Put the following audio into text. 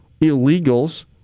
illegals